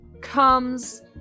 comes